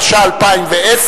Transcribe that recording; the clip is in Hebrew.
התשע"א-2010,